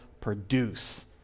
produce